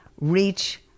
reach